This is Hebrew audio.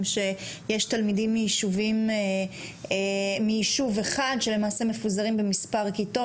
יש תלמידים מיישוב אחד שלמעשה מפוזרים במספר כיתות.